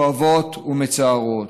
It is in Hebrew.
כואבות ומצערות.